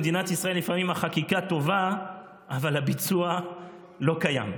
במדינת ישראל לפעמים החקיקה טובה אבל הביצוע לא קיים.